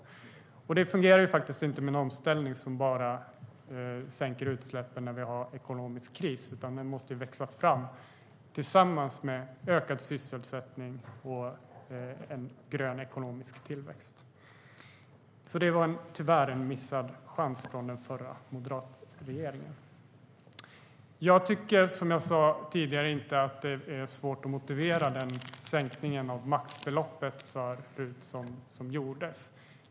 Det fungerar inte med en omställning som sänker utsläppen bara när vi har ekonomisk kris. Detta måste växa fram tillsammans med ökad sysselsättning och en grön ekonomisk tillväxt. Det var tyvärr en missad chans från den förra moderatregeringen. Jag tycker, som jag sa tidigare, inte att det är svårt att motivera den sänkning av maxbeloppet för RUT som gjordes.